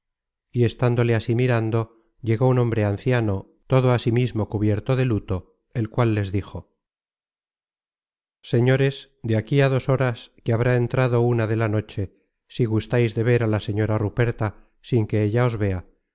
y estándole así mirando llegó un hombre anciano todo asimismo cubierto de luto el cual les dijo señores de aquí á dos horas que habrá entrado una de la noche si gustais de ver a la señora ruperta sin que ella os vea